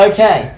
Okay